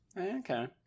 Okay